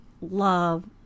love